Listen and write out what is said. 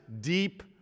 deep